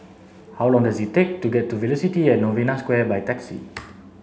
how long does it take to get to Velocity and Novena Square by taxi